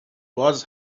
was